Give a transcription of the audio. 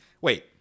Wait